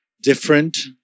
different